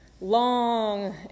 long